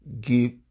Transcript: give